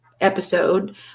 episode